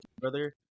brother